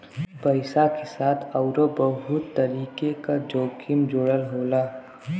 पइसा के साथ आउरो बहुत तरीके क जोखिम जुड़ल होला